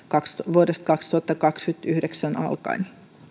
vuodesta kaksituhattakaksikymmentäyhdeksän alkaen